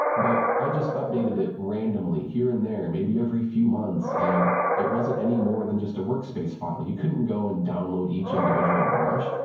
but i just updated it randomly, here and there, maybe every few months, and it wasn't any more than just a workspace file. you couldn't go and download each individual brush.